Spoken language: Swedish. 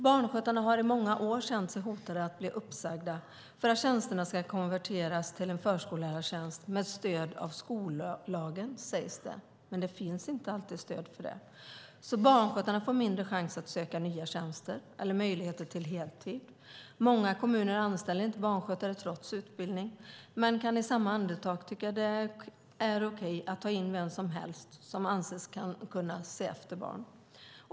Barnskötarna har i många år känt sig hotade av uppsägning för att tjänsterna ska konverteras till förskollärartjänster med stöd av skollagen. Men det finns inte alltid stöd för det. Barnskötarna får därför sämre möjligheter att söka nya tjänster och att få heltidstjänster. Många kommuner anställer inte barnskötare trots att dessa har utbildning. Men de kan i samma andetag tycka att det är okej att ta in vem som helst som anses kunna se efter barn.